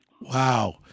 Wow